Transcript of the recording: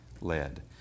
led